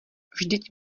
vždyť